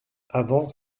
avant